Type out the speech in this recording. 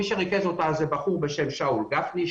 מי שריכז אותה היה בחור בשם שאול גפני,